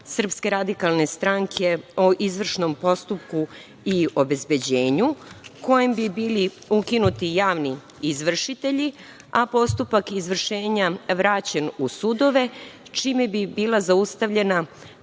Predlog zakona SRS o izvršnom postupku i obezbeđenju, kojim bi bili ukinuti javni izvršitelji, a postupak izvršenja vraćen u sudove, čime bi bila zaustavljena